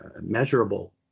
measurable